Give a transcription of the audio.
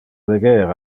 leger